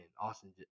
Austin